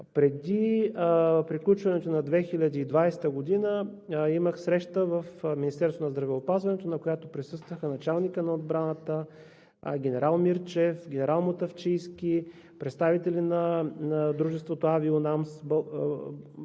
Преди приключването на 2020 г. имах среща в Министерството на здравеопазването, на която присъстваха началникът на отбраната, генерал Мирчев, генерал Мутафчийски, представители на дружеството „Авионамс“ в България,